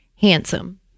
handsome